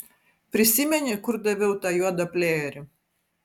prisimeni kur daviau tą juodą plėjerį